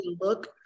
look